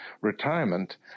retirement